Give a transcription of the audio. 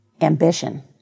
ambition